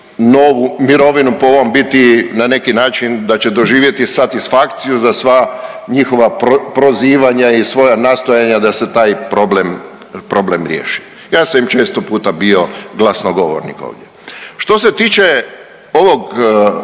novu mirovinu po ovom biti na neki način, da će doživjeti satisfakciju za sva njihova prozivanja i svoja nastojanja da se taj problem, problem riješi. Ja sam im često puta bio glasnogovornik ovdje. Što se tiče ovog